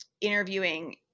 interviewing